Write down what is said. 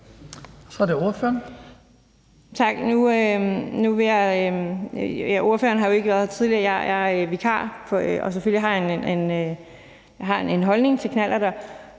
Durhuus (S): Tak. Nu har ordføreren jo ikke været her tidligere, men jeg er vikar, og selvfølgelig har jeg en holdning til knallerter.